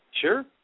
Sure